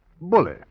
Bully